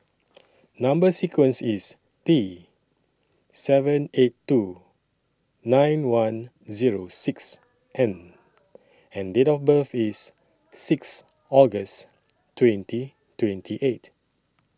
Number sequence IS T seven eight two nine one Zero six N and Date of birth IS six August twenty twenty eight